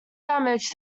damage